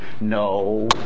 No